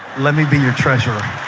let me be your treasurer